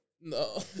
No